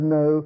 no